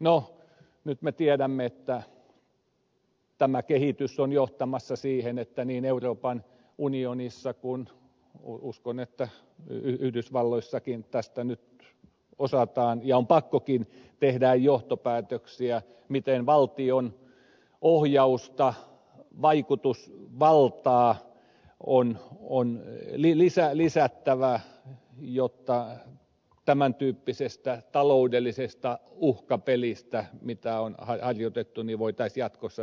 no nyt me tiedämme että tämä kehitys on johtamassa siihen että niin euroopan unionissa kuin uskon että yhdysvalloissakin tästä nyt osataan ja on pakkokin tehdä johtopäätöksiä siitä miten valtion ohjausta vaikutusvaltaa on lisättävä jotta tämän tyyppisestä taloudellisesta uhkapelistä jota on harjoitettu voitaisiin jatkossa